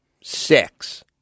six